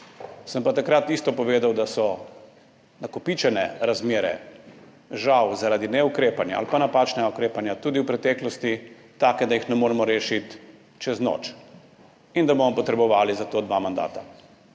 Sem pa takrat isto povedal, da so nakopičene razmere žal, zaradi neukrepanja ali pa napačnega ukrepanja tudi v preteklosti, take, da jih ne moremo rešiti čez noč in da bomo potrebovali za to dva mandata.